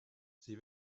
sie